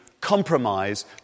compromise